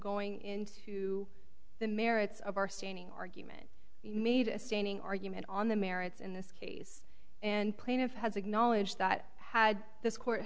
going into the merits of our standing argument made a standing argument on the merits in this case and plaintiff has acknowledged that had this court